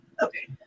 Okay